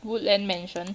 woodland mansion